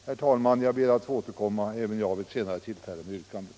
Herr talman! Även jag ber att få återkomma vid ett senare tillfälle med yrkanden.